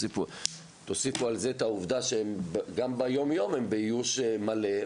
ותוסיפו על זה את העובדה שגם ביום-יום הם באיוש מלא,